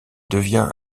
devient